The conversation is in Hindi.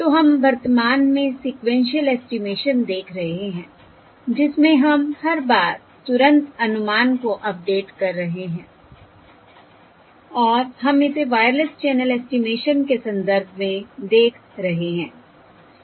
इसलिए हम वर्तमान में सीक्वेन्शिअल एस्टिमेशन देख रहे हैं जिसमें हम हर बार तुरंत अनुमान को अपडेट कर रहे हैं और हम इसे वायरलेस चैनल ऐस्टीमेशन के संदर्भ में देख रहे हैं सही है